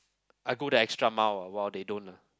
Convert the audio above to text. I go that extra mile while they don't lah